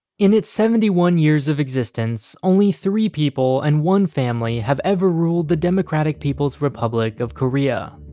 in its seventy one years of existence, only three people and one family have ever ruled the democratic people's republic of korea.